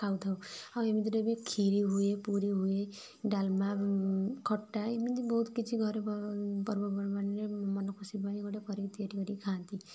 ଖାଉଥାଉ ଆଉ ଏମିତି ରେ ବି କ୍ଷୀରି ହୁଏ ପୁରୀ ହୁଏ ଡାଲମା ଖଟା ଏମିତି ବହୁତ କିଛି ଘରେ ପର୍ବପର୍ବାଣୀରେ ମନ ଖୁସି ପାଇଁ ଗୋଟେ ଘରେ ତିଆରି କରିକି ଖାନ୍ତି